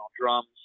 drums